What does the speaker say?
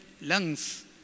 Lungs